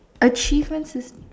achievements